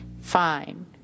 Fine